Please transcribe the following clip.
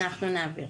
אנחנו נעביר.